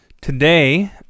Today